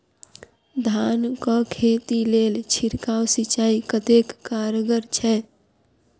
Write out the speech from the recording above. धान कऽ खेती लेल छिड़काव सिंचाई कतेक कारगर छै?